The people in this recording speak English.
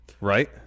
right